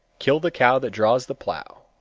kill the cow that draws the plow.